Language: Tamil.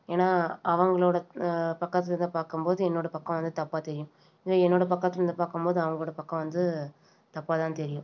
ஏன்னா அவங்களோடய பக்கத்துலேருந்து பார்க்கம்போது என்னோடய பக்கம் வந்து தப்பாக தெரியும் இதுவே என்னோடய பக்கத்துலேருந்து பார்க்கம்போது அவங்களோட பக்கம் வந்து தப்பாகதான் தெரியும்